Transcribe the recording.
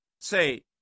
say